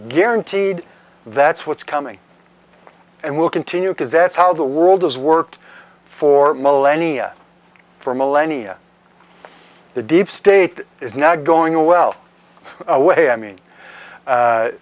guaranteed that's what's coming and will continue because that's how the world has worked for millennia for millennia the deep state is now going a well away i mean